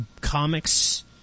comics